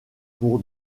pour